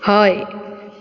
हय